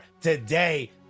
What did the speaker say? today